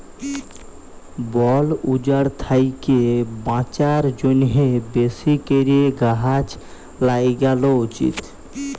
বল উজাড় থ্যাকে বাঁচার জ্যনহে বেশি ক্যরে গাহাচ ল্যাগালো উচিত